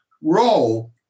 role